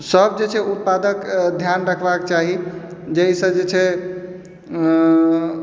सभ जे छै उत्पादक ध्यान रखबाके चाही जाहिसँ जे छै